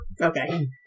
Okay